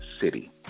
city